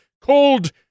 called